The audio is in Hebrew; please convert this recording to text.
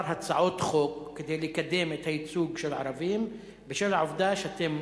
כמה הצעות חוק לקידום הייצוג של הערבים בשל העובדה שאתם,